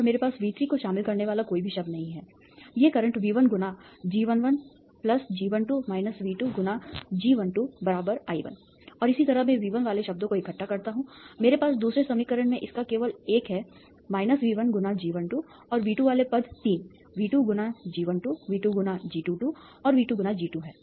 और मेरे पास V3 को शामिल करने वाला कोई भी शब्द नहीं है ये current V1 × G11 G12 V2 × G12 I1 और इसी तरह मैं V1 वाले शब्दों को इकट्ठा करता हूं मेरे पास दूसरे समीकरण में इसका केवल एक है V1 × G12 और V2 वाले पद 3 V2 × G12 V2 × G22 और V2 × G2 हैं